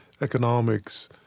economics